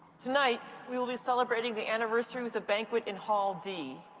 tonight we will be celebrating the anniversary with a banquet in hall d.